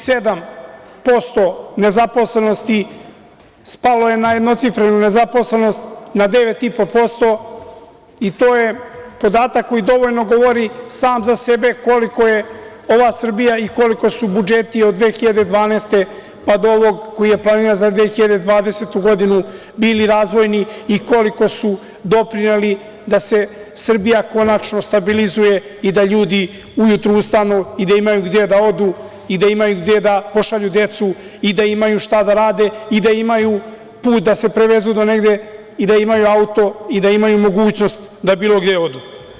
Dvadeset i sedam posto nezaposlenosti spalo je na jednocifrenu nezaposlenost na 9,5% i to je podatak koji dovoljno govori sam za sebe koliko je ova Srbija i koliko su budžeti od 2012. godine, pa do ovog, koji je planiran za 2020. godinu bili razvojni i koliko su doprineli da se Srbija konačno stabilizuje i da ljudi ujutru ustanu i da imaju gde da odu i da imaju gde da pošalju decu i da imaju šta da rade i da imaju put da se prevezu do negde i da imaju auto i da imaju mogućnost da bilo gde odu.